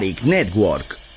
NETWORK